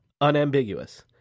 unambiguous